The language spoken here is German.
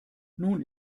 nun